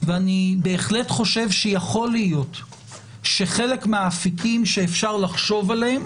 ואני בהחלט חושב שיכול להיות שחלק מהאפיקים שאפשר לחשוב עליהם